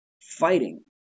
fighting